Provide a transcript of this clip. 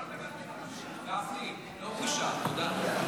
גפני, לא בושה, תודה.